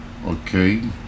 okay